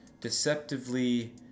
deceptively